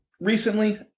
recently